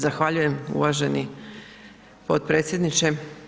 Zahvaljujem uvaženi potpredsjedniče.